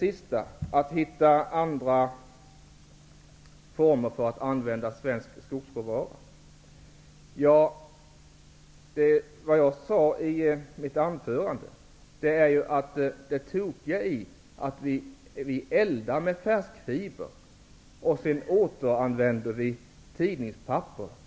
Så till detta med att hitta andra former för att använda svensk skogsråvara. I mitt huvudanförande sade jag att det tokiga är att vi eldar med färskfiber. Sedan återanvänder vi tidningspapper.